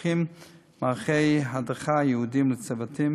מפותחים מערכי הדרכה ייעודיים לצוותים,